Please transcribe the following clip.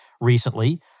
recently